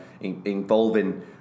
involving